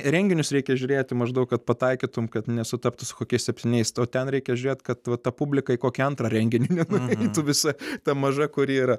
renginius reikia žiūrėti maždaug kad pataikytum kad nesutaptų su kokiais septyniais o ten reikia žiūrėt kad vat ta publika į kokį antrą renginį nenueitų visa ta maža kurjera